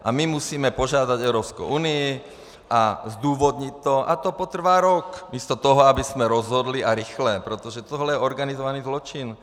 A my musíme požádat Evropskou unii a zdůvodnit to a to potrvá rok, místo toho, abychom rozhodli, a rychle, protože tohle je organizovaný zločin.